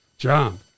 John